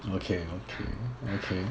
mm okay okay okay